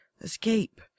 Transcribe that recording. Escape